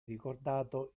ricordato